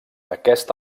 aquest